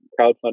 crowdfunding